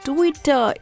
Twitter